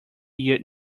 year